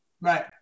Right